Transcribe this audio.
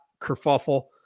kerfuffle